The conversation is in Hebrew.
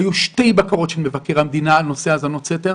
היו שתי בקרות של מבקר המדינה בנושא האזנות סתר,